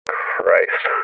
Christ